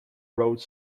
wrote